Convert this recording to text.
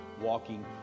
walking